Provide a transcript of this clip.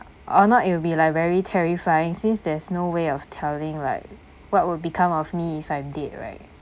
or not it will be like very terrifying since there's no way of telling like what will become of me if I'm dead right